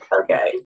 Okay